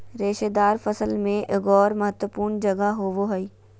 रेशेदार फसल में एगोर महत्वपूर्ण जगह होबो हइ